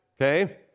okay